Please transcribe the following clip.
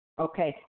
okay